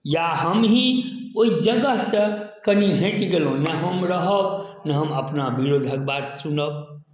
या हमहीँ ओहि जगहसँ कनि हटि गेलहुँ ने हम रहब ने हम अपना विरोधक बात सुनब